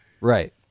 Right